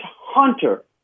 Hunter